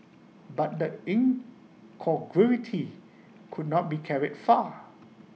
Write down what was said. but the incongruity could not be carried far